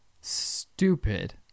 stupid